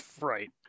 right